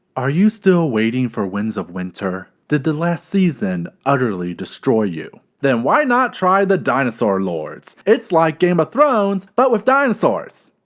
are you still waiting for winds of winter? did the last season utterly destroy you? then why not try the dinosaur lords. it's like game of ah thrones, but with dinosaurs.